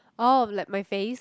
oh like my face